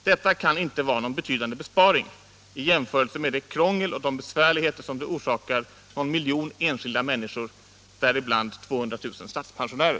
Det kan inte vara någon betydande besparing, i jämförelse med det krångel och de besvärligheter som det orsakar någon miljon enskilda människor, däribland 200 000 statspensionärer.